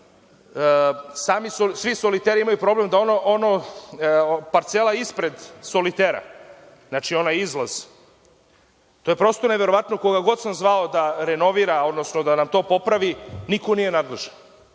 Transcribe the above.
svi soliteri imaju problem da parcela ispred solitera, znači onaj izlaz, to je prosto neverovatno, koga god sam zvao da renovira, odnosno da nam to popravi, niko nije nadležan.